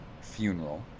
funeral